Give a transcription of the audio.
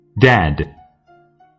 Dad